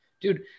Dude